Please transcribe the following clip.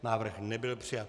Návrh nebyl přijat.